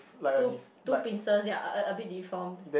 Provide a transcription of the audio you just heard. two two pincers ya a a a bit deformed